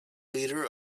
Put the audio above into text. leader